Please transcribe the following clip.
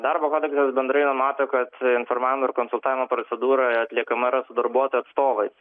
darbo kodeksas bendrai numato kad informavimo ir konsultavimo procedūra yra atliekama su darbuotojų atstovais